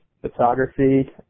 photography